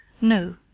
No